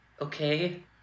Okay